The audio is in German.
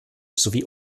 sowie